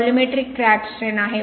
volumetric crack strain आहे